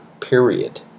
period